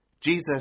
Jesus